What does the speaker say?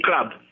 club